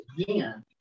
again